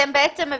אתם בעצם מבקשים,